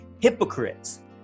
hypocrites